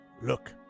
look